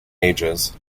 ages